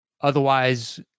Otherwise